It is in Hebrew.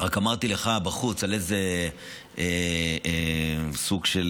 רק אמרתי לך בחוץ על איזה סוג של